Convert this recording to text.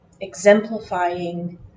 exemplifying